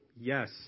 yes